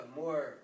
more